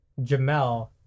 Jamel